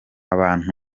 bantu